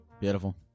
Beautiful